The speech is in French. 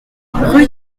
rue